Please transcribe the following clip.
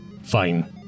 Fine